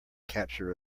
capture